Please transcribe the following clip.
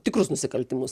tikrus nusikaltimus